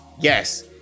Yes